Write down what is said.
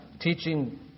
teaching